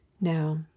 Now